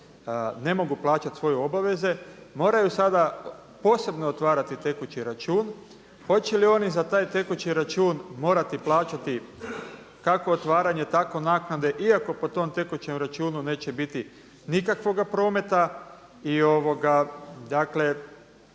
ne mogu plaćati svoje obaveze moraju sada posebno otvarati tekući račun, hoće li oni za taj tekući račun morati plaćati kako otvaranje, tako naknade iako po tom tekućem računu neće biti nikakvoga prometa i dakle